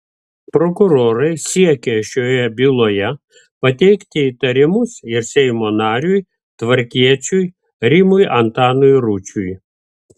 prokurorai siekia šioje byloje pateikti įtarimus ir seimo nariui tvarkiečiui rimui antanui ručiui